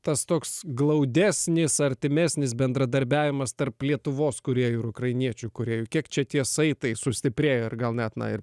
tas toks glaudesnis artimesnis bendradarbiavimas tarp lietuvos kūrėjų ir ukrainiečių kūrėjų kiek čia tie saitai sustiprėjo ir gal net na ir